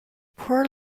poor